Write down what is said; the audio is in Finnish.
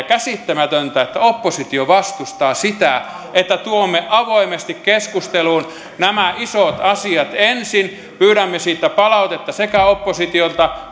käsittämätöntä että oppositio vastustaa sitä että tuomme avoimesti keskusteluun nämä isot asiat ensin pyydämme siitä palautetta oppositiolta